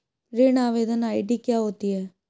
ऋण आवेदन आई.डी क्या होती है?